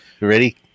Ready